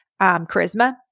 charisma